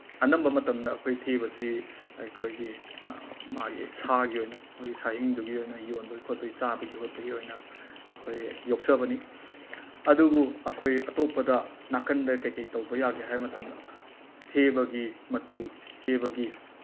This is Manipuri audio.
ꯑꯅꯝꯕ ꯃꯇꯝꯗ ꯑꯩꯈꯣꯏ ꯊꯦꯕꯁꯤ ꯑꯩꯈꯣꯏꯒꯤ ꯃꯥꯒꯤ ꯁꯥꯒꯤ ꯑꯣꯏꯅ ꯃꯣꯏꯒꯤ ꯁꯥꯍꯤꯡꯗꯨꯒꯤ ꯑꯣꯏꯅ ꯌꯣꯟꯕꯒꯤ ꯈꯣꯠꯄꯒꯤ ꯆꯥꯕꯒꯤ ꯈꯣꯠꯄꯒꯤ ꯑꯣꯏꯅ ꯑꯩꯈꯣꯏ ꯌꯣꯛꯆꯕꯅꯤ ꯑꯗꯨꯕꯨ ꯑꯩꯈꯣꯏ ꯑꯇꯣꯞꯄꯗ ꯅꯥꯀꯟꯗ ꯀꯩꯀꯩ ꯇꯧꯕ ꯌꯥꯒꯦ ꯍꯥꯏꯕ ꯃꯇꯝꯗ ꯊꯦꯕꯒꯤ ꯃꯇꯨ ꯊꯦꯕꯒꯤ